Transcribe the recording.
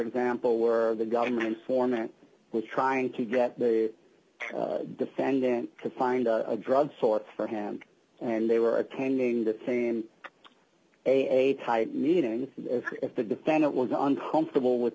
were the government foreman was trying to get the defendant to find a drug source for him and they were attending the same a type meeting as if the defendant was on comfortable with